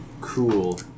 Cool